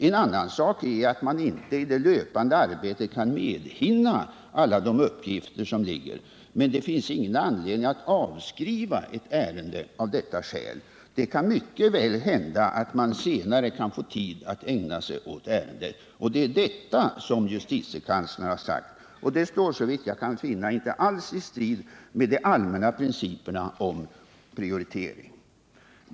En annan sak är att man inte i det löpande arbetet kan medhinna alla de uppgifter som föreligger, men det finns ingen anledning att av detta skäl avskriva ett ärende. Det kan mycket väl hända att man senare kan få tid att ägna sig åt ärendet, och det är detta som JK har sagt. Detta står, såvitt jag kan finna, inte alls i strid med de allmänna principerna om prioritering.